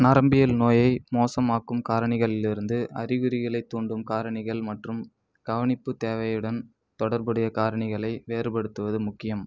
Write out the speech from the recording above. நரம்பியல் நோயை மோசமாக்கும் காரணிகளிலிருந்து அறிகுறிகளைத் தூண்டும் காரணிகள் மற்றும் கவனிப்பு தேவையுடன் தொடர்புடைய காரணிகளை வேறுபடுத்துவது முக்கியம்